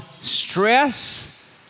Stress